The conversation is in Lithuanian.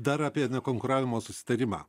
dar apie nekonkuravimo susitarimą